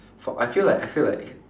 for I feel like I feel like